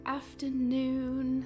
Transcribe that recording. afternoon